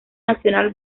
nacional